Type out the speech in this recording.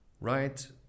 Right